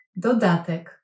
Dodatek